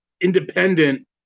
independent